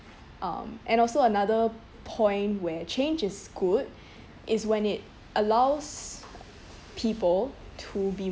um and also another point where change is good is when it allows people to be